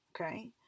Okay